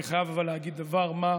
אבל אני חייב להגיד דבר מה,